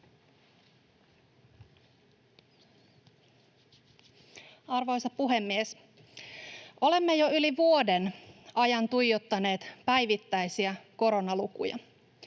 Arvoisa puhemies! Olemme jo yli vuoden ajan tuijottaneet päivittäisiä koronalukuja.